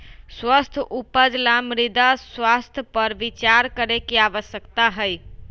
स्वस्थ उपज ला मृदा स्वास्थ्य पर विचार करे के आवश्यकता हई